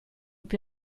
più